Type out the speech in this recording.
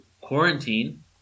quarantine